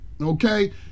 Okay